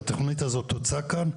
והתכנית הזאת תוצע כאן,